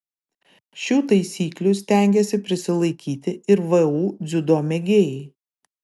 šių taisyklių stengiasi prisilaikyti ir vu dziudo mėgėjai